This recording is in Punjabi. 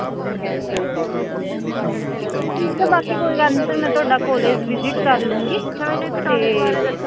ਠੀਕ ਹੈ ਸਰ ਠੀਕ ਹੈ ਜੀ ਠੀਕ ਹੈ ਬਾਕੀ ਕੋਈ ਗੱਲ ਨਹੀਂ ਸਰ ਮੈਂ ਤੁਹਾਡਾ ਕੋਲਜ ਵਿਜਿਟ ਕਰ ਲੂੰਗੀ ਅਤੇ